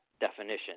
definition